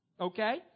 Okay